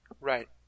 Right